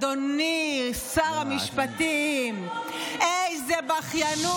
אדוני שר המשפטים, איזה בכיינות.